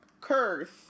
curse